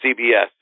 CBS